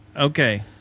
Okay